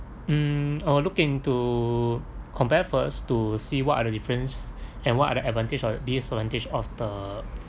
um I'll look into comparefirst to see what are the difference and what are the advantage or disadvantage of the